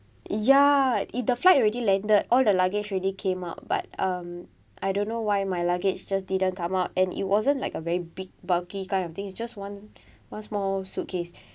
eh the flight already landed all the luggage already came out but um I don't know why my luggage just didn't come out and it wasn't like a very big bulky kind of thing it's just one one small suitcase